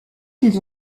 qu’ils